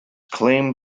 claimed